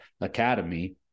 academy